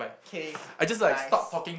K nice